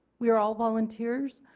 we are all volunteers.